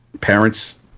parents